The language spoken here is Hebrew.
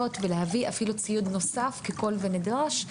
ולהביא אפילו ציוד נוסף כי כול זה נדרש,